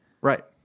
right